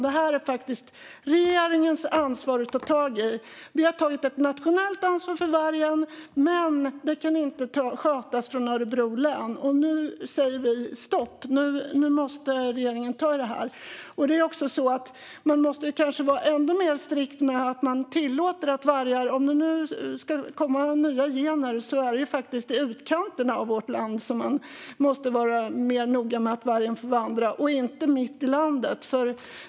Det är regeringens ansvar att ta tag i detta. Vi har tagit ett nationellt ansvar för vargen, men det kan inte skötas från Örebro län. Nu säger vi stopp; nu måste regeringen ta i det här. Om det nu ska komma till nya gener måste man kanske också vara ännu mer strikt med att tillåta varg mitt i landet. Då är det i utkanten av vårt land som man måste vara mer noga med att vargen får vandra och inte mitt i landet.